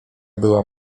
była